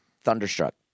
Thunderstruck